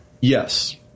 Yes